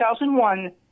2001